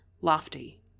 lofty